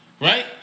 right